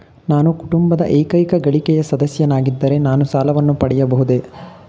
ನಾನು ಕುಟುಂಬದ ಏಕೈಕ ಗಳಿಕೆಯ ಸದಸ್ಯನಾಗಿದ್ದರೆ ನಾನು ಸಾಲವನ್ನು ಪಡೆಯಬಹುದೇ?